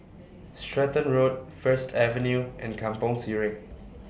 Stratton Road First Avenue and Kampong Sireh